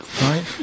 Right